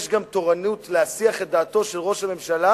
יש גם תורנות להסיח את דעתו של ראש הממשלה